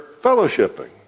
fellowshipping